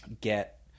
get